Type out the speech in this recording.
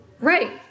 Right